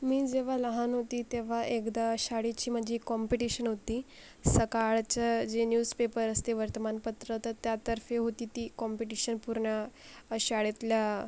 मी जेव्हा लहान होती तेव्हा एकदा शाळेची माझी एक कॉम्पिटिशन होती सकाळचं जे न्यूसपेपर असते वर्तमानपत्र तर त्या तर्फे होती ती कॉम्पिटिशन पूर्ण शाळेतल्या